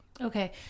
Okay